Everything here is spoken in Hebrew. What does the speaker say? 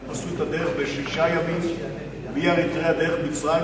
הם עשו את הדרך בשישה ימים דרך מצרים.